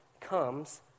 comes